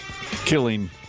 killing